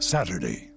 Saturday